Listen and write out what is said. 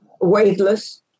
weightless